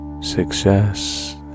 success